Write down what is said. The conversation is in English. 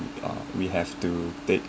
uh we have to take